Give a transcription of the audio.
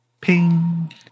ping